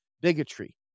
bigotry